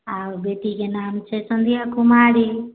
आ बेटी के नाम छै संध्या कुमारी